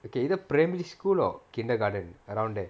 okay either primary school or kindergarten around there